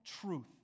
truth